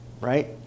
right